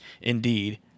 Indeed